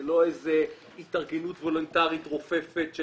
זה לא איזה התארגנות וולונטרית רופפת של